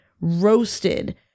roasted